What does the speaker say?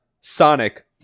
Sonic